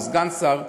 או סגן שר,